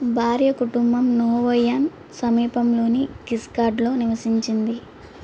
భార్య కుటుంబం నోవొయాన్ సమీపంలోని గిస్కార్డ్లో నివసించింది